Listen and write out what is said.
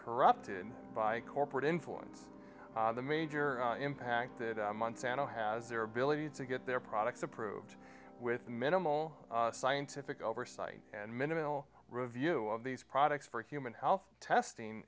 corrupted by corporate influence the major impact that monsanto has their ability to get their products approved with minimal scientific oversight and minimal review of these products for human health testing